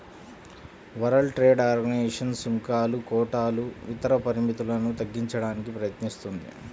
world trade organisation సుంకాలు, కోటాలు ఇతర పరిమితులను తగ్గించడానికి ప్రయత్నిస్తుంది